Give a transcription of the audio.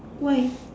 why